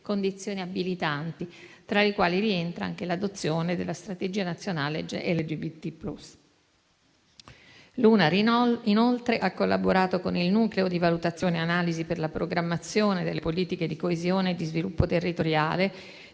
condizioni abilitanti, tra le quali rientra anche l'adozione della strategia nazionale LGBT+. L'UNAR inoltre ha collaborato con il nucleo di valutazione e analisi per la programmazione delle politiche di coesione e di sviluppo territoriale,